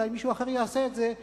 אולי מישהו אחר יעשה את זה,